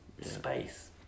space